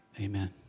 Amen